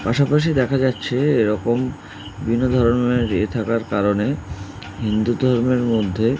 পাশাপাশি দেখা যাচ্ছে এরকম বিভিন্ন এ থাকার কারণে হিন্দু ধর্মের মধ্যে